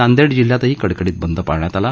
नांदेड जिल्ह्यातही कडकडीत बंद पाळण्यात आला